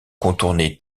contourner